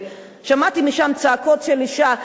ושמעתי משם צעקות של אשה.